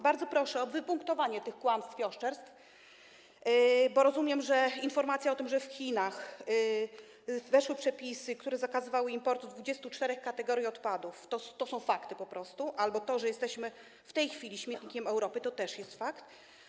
Bardzo proszę o wypunktowanie tych kłamstw i oszczerstw, bo rozumiem, że informacja o tym, że w Chinach weszły przepisy, które zakazywały importu 24 kategorii odpadów, to są fakty po prostu, a to, że jesteśmy w tej chwili śmietnikiem Europy, to też jest fakt.